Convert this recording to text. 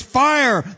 fire